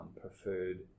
preferred